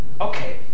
Okay